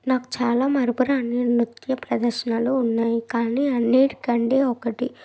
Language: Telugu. నాకు చాలా మరుపురాని నృత్య ప్రదర్శనలు ఉన్నాయి కానీ అన్నింటికంటే ఒకటి